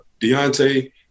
Deontay